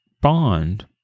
Bond